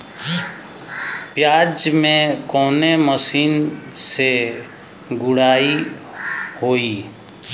प्याज में कवने मशीन से गुड़ाई होई?